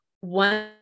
one